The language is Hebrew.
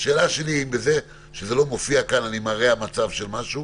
השאלה שלי אם בזה שזה לא מופיע כאן אני מרע מצב של משהו?